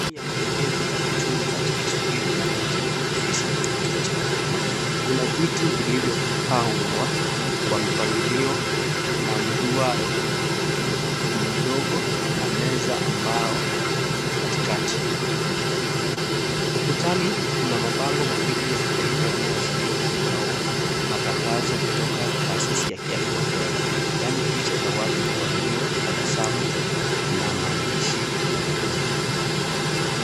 Sehemu cha mapokezi au chumba cha kusubiri ndani ya jengo la ofisi au kituo cha huduma. Kuna viti vilivyopangwa kwa mpangilio na mduara mdogo na meza ya mbao katikati. Ukutani kuna mabango mawili ya kitaifa yanayoashiria huduma au matangazo kutoka taasisi ya kiafya na fedha yaani picha za watu waliotabasamu na maandishi ya maelezo.